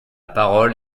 parole